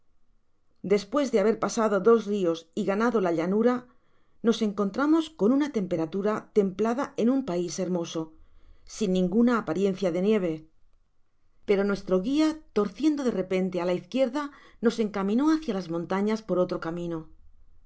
despues de haber pasado dos rios y ganado la llanura nos encontramos con una temperatura templada en un pais hermoso sin ninguna apariencia de nieve pero nuestro guia torciendo de repente á la izquierda nos encaminó hácia las montañas por otro camino